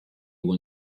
when